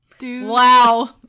Wow